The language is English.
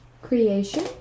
Creation